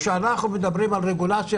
כאשר אנחנו מדברים על רגולציה,